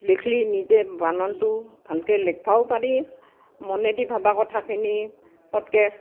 লিখলি নিজে বানানটো ভালকৈ লেখবাও পাৰি মনেদি ভবা কথাখিনি পতকে